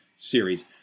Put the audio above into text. series